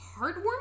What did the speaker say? heartwarming